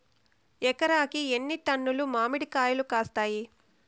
ఎకరాకి ఎన్ని టన్నులు మామిడి కాయలు కాస్తాయి?